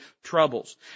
troubles